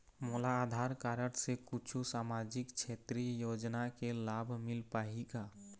मोला आधार कारड से कुछू सामाजिक क्षेत्रीय योजना के लाभ मिल पाही का?